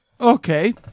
Okay